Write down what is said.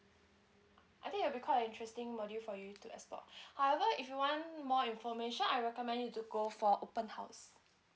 I think it will be quite a interesting module for you to export however if you want more information I recommend you to go for open house